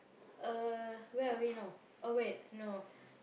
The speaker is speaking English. uh where are we now oh wait no